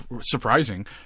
Surprising